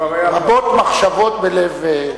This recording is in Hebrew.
רבות מחשבות בלב,